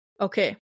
Okay